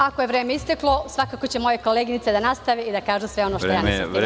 Ako je vreme isteklo, svakako će moje koleginice da nastave i da kažu sve ono što lično mislim.